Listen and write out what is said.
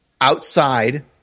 outside